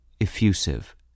effusive